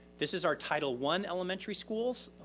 this is our title one elementary schools.